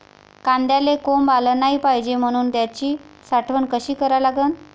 कांद्याले कोंब आलं नाई पायजे म्हनून त्याची साठवन कशी करा लागन?